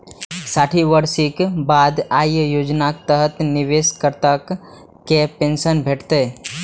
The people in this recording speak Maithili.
साठि वर्षक बाद अय योजनाक तहत निवेशकर्ता कें पेंशन भेटतै